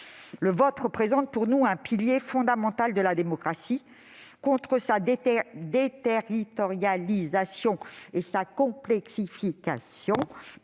Le vote représente pour nous un pilier fondamental de la démocratie. Contre sa déterritorialisation et sa complexification